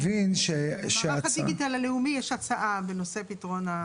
למערך הדיגיטל הלאומי יש הצעה בנושא פתרון.